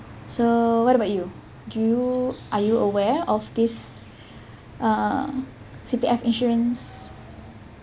so what about you do you are you aware of this uh C_P_F insurance